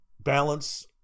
balance